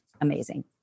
amazing